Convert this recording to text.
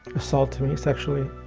assaulted me sexually,